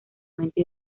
mente